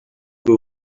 que